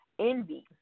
Envy